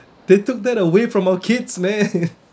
they took that away from our kids man